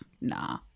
nah